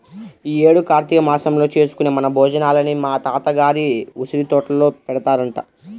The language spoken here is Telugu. యీ యేడు కార్తీక మాసంలో చేసుకునే వన భోజనాలని మా తాత గారి ఉసిరితోటలో పెడతారంట